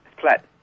flat